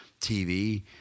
TV